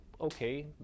okay